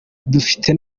dufite